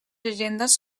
llegendes